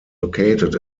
located